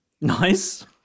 Nice